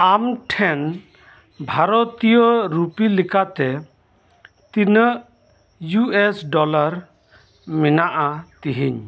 ᱟᱢ ᱴᱷᱮᱱ ᱵᱷᱟᱨᱚᱛᱤᱭᱚ ᱨᱩᱯᱤᱞᱮᱠᱟᱛᱮ ᱛᱤᱱᱟᱹᱜ ᱭᱩ ᱮᱥ ᱰᱚᱞᱚᱨ ᱢᱮᱱᱟᱜᱼᱟ ᱛᱮᱦᱮᱧ